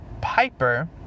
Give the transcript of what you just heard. Piper